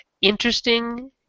interesting